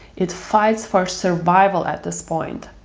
it fights for survival at this point.